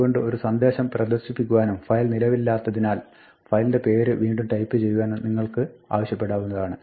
അതുകൊണ്ട് ഒരു സന്ദേശം പ്രദർശിപ്പിക്കുവാനും ഫയൽ നിലവിലില്ലാത്തതിനാൽ ഫയലിന്റെ പേര് വീണ്ടും ടൈപ്പ് ചെയ്യുവാനും നിങ്ങൾക്ക് ആവശ്യപ്പടാവുന്നതാണ്